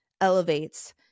elevates